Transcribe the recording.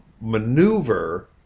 maneuver